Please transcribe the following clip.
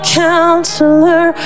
counselor